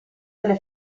delle